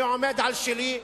אני עומד על שלי.